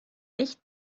nicht